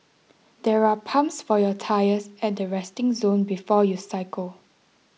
there are pumps for your tyres at the resting zone before you cycle